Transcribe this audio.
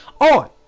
on